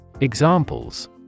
Examples